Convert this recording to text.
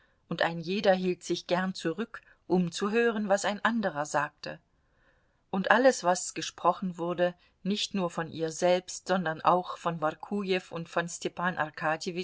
und ein jeder hielt sich gern zurück um zu hören was ein anderer sagte und alles was gesprochen wurde nicht nur von ihr selbst sondern auch von workujew und von stepan